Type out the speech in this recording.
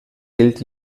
gilt